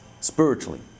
spiritually